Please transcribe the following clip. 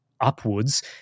upwards